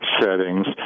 settings